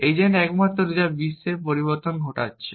agent একমাত্র যা বিশ্বে পরিবর্তন ঘটাচ্ছে